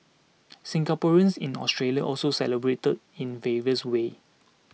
Singaporeans in Australia also celebrated in various ways